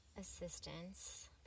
assistance